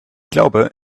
glaube